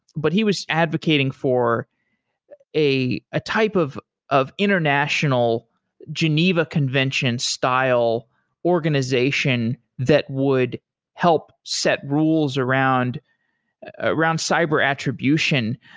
but he was advocating advocating for a ah type of of international geneva convention style organization that would help set rules around around cyber attribution.